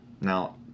now